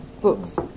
Books